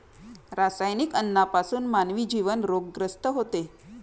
रासायनिक अन्नापासून मानवी जीवन रोगग्रस्त होते